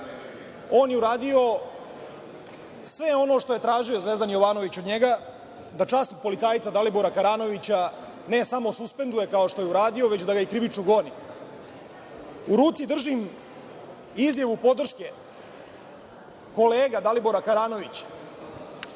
on je uradio sve ono što je tražio Zvezdan Jovanović od njega, da časti policajca Dalibora Karanovića, ne samo suspenduje kao što je uradio, već da ga i krivično goni.U ruci držim izjavu podrške kolega Dalibora Karanovića,